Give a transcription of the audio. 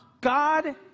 God